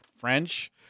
French